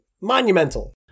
Monumental